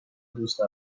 دوست